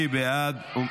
מי בעד?